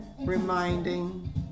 reminding